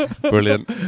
Brilliant